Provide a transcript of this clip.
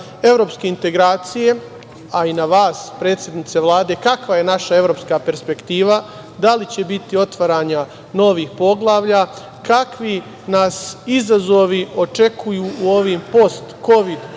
evropske integracije, a i na vas, predsednice Vlade – kakva je naša evropska perspektiva? Da li će biti otvaranja novih poglavlja? Kakvi nas izazovi očekuju u ovim post kovid vremenima,